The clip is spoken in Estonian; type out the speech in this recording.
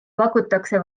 pakutakse